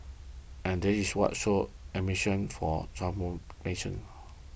and that is what sows ambition for transformation